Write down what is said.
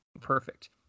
perfect